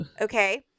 Okay